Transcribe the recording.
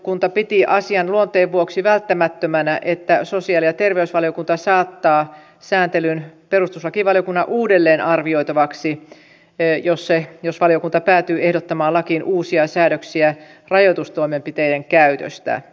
perustuslakivaliokunta piti asian luonteen vuoksi välttämättömänä että sosiaali ja terveysvaliokunta saattaa sääntelyn perustuslakivaliokunnan uudelleenarvioitavaksi jos valiokunta päätyy ehdottamaan lakiin uusia säädöksiä rajoitustoimenpiteiden käytöstä